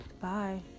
bye